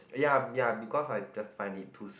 ya ya because I just find it too sweet